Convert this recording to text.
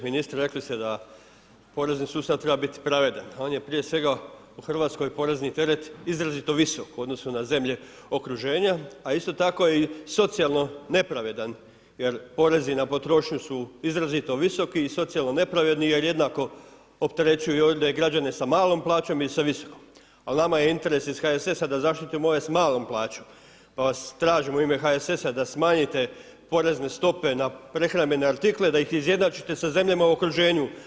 ministre, rekli ste da porezni sustav treba biti pravedan, on je prije svega u Hrvatskoj porezni teret izrazito visok u odnosu na zemlje okruženja a isto tako socijalno nepravedan jer porezi na potrošnju su izrazito visoki i socijalni nepravedni jer jednako opterećuju i ovdje građane s malom plaćom i sa visokom ali nama je interes iz HSS-a da zaštitimo ove s malom plaćom pa vas tražimo u ime HSS-a da smanjite porezne stope na prehrambene artikle, da ih izjednačite sa zemljama u okruženju.